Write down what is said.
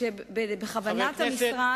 שבכוונת המשרד,